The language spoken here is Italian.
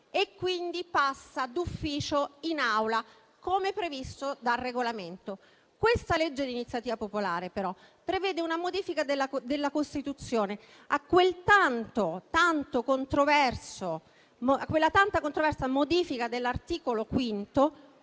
e quindi passa d'ufficio in Assemblea, come previsto dal Regolamento. Questo disegno di legge di iniziativa popolare, però, prevede una modifica della Costituzione a quella tanto controversa modifica del Titolo V